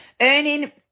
earning